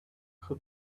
who